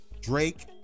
Drake